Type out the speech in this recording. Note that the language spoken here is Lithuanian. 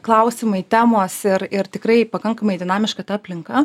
klausimai temos ir ir tikrai pakankamai dinamiška ta aplinka